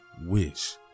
wish